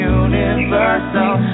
universal